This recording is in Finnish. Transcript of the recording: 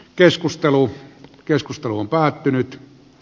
keskustelu keskustelu on päättynyt